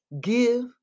Give